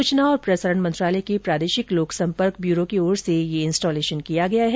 सूचना और प्रसारण मंत्रालय के प्रादेशिक लोक संपर्क ब्यूरो की ओर से ये इंस्टॉलेशन किया गया है